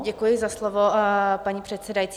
Děkuji za slovo, paní předsedající.